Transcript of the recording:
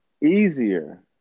easier